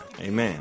Amen